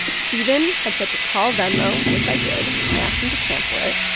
stephen had said to call venmo, which i did. i asked them to cancel it.